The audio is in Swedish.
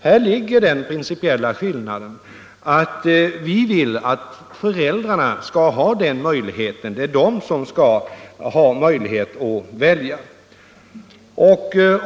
Häri ligger den principiella skillnaden; vi vill att föräldrarna skall ha möjligheten att välja.